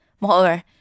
Moreover